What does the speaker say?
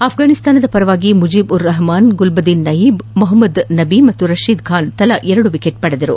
ಆಫ್ರಾನಿಸ್ತಾನದ ಪರ ಮುಜೀಬ್ ಉರ್ ರಪಮಾನ್ ಗುಲ್ವಾದಿನ್ ನಯೀಬ್ ಮೊಪಮ್ಮದ್ ನಬಿ ಹಾಗೂ ರಶೀದ್ ಖಾನ್ ತಲಾ ಎರಡು ವಿಕೆಟ್ ಪಡೆದರು